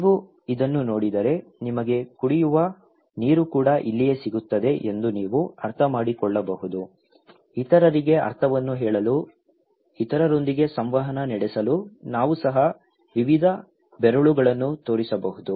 ನೀವು ಇದನ್ನು ನೋಡಿದರೆ ನಿಮಗೆ ಕುಡಿಯುವ ನೀರು ಕೂಡ ಇಲ್ಲಿಯೇ ಸಿಗುತ್ತದೆ ಎಂದು ನೀವು ಅರ್ಥಮಾಡಿಕೊಳ್ಳಬಹುದು ಇತರರಿಗೆ ಅರ್ಥವನ್ನು ಹೇಳಲು ಇತರರೊಂದಿಗೆ ಸಂವಹನ ನಡೆಸಲು ನಾವು ಸಹ ವಿವಿಧ ಬೆರಳುಗಳನ್ನು ತೋರಿಸಬಹುದು